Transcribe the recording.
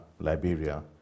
Liberia